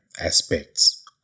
aspects